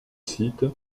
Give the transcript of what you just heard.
site